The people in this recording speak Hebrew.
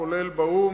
כולל באו"ם,